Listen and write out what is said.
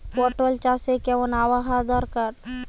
পটল চাষে কেমন আবহাওয়া দরকার?